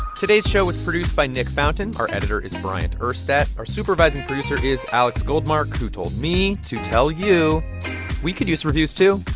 today's show was produced by nick fountain. our editor is bryant urstadt. our supervising producer is alex goldmark, who told me to tell you we could use reviews, too.